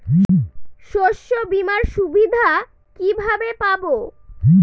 শস্যবিমার সুবিধা কিভাবে পাবো?